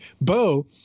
Bo